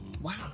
Wow